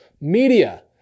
media